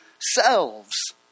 selves